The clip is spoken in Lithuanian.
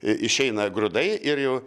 išeina grūdai ir jau